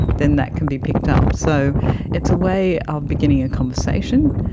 then that can be picked up. so it's a way of beginning a conversation.